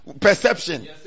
perception